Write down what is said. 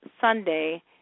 Sunday